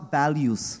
values